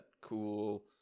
cool